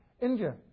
India